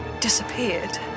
disappeared